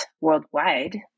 worldwide